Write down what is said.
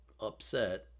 upset